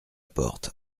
porte